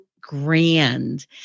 grand